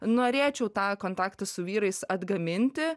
norėčiau tą kontaktą su vyrais atgaminti